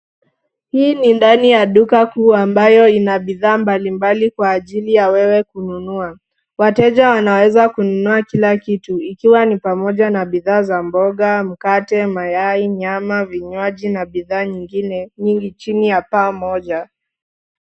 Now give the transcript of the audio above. Hii ni ndani ya duka kuu ambayo ina bidhaa mbali mbali kwa ajili ya wewe kununua . Wateja wanaweza kununua kila kitu ikiwa ni pamoja na bidhaa za mboga , mkate , mayai , nyama, vinywaji na bidhaa nyingine nyingi chini ya paa moja.